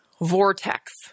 vortex